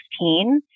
2016